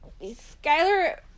Skylar